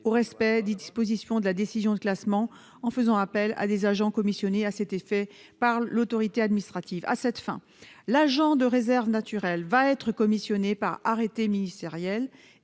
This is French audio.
au respect des dispositions de la décision de classement en faisant appel à des agents commissionnés à cet effet par l'autorité administrative. » À cette fin, l'agent de réserve naturelle va être commissionné par arrêté ministériel